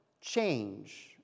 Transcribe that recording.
change